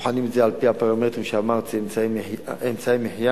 בוחנים את זה על-פי הפרמטרים שאמרתי: אמצעי מחיה